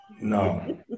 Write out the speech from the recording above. no